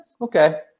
okay